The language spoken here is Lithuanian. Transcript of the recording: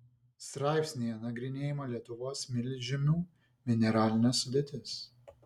straipsnyje nagrinėjama lietuvos smėlžemių mineralinė sudėtis